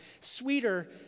sweeter